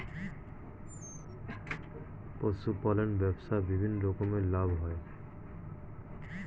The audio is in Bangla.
পশুপালন ব্যবসায় বিভিন্ন রকমের লাভ হয়